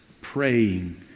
praying